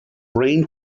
brain